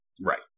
right